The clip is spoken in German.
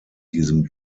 diesem